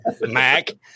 Mac